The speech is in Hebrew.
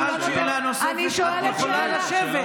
שאלת שאלה נוספת, את יכולה לשבת.